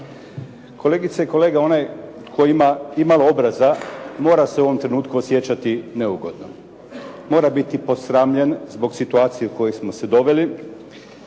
Kolegice i kolege, onaj tko ima imalo obraza mora se u ovom trenutku osjećati neugodno, mora biti posramljen zbog situacije u koju smo se doveli.